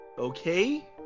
Okay